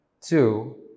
two